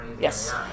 Yes